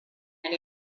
and